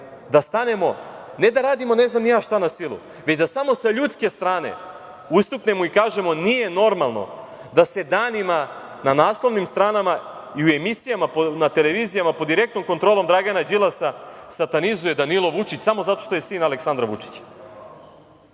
da stanemo, ne da radimo ne znam ni ja šta na silu, već da samo sa ljudske strane ustuknemo i kažemo – nije normalno da se danima na naslovnim stranama i u emisijama na televizijama, pod direktnom kontrolom Dragana Đilasa, satanizuje Danilo Vučić samo zato što je sin Aleksandra Vučića.